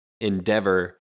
Endeavor